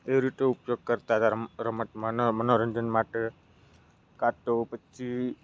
એવી રીતે ઉપયોગ કરતા હતા રમ રમતમાં અને મનોરંજન માટે કાં તો પછી